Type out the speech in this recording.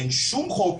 אין שום חוק,